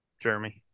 Jeremy